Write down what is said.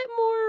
more